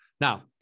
Now